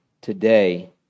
today